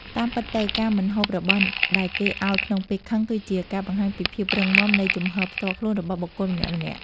តាមពិតទៅការមិនហូបរបស់ដែលគេឱ្យក្នុងពេលខឹងគឺជាការបង្ហាញពីភាពរឹងមាំនៃជំហរផ្ទាល់ខ្លួនរបស់បុគ្គលម្នាក់ៗ។